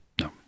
no